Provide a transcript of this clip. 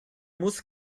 muss